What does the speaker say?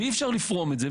ואי אפשר לפרום את זה.